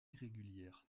irrégulières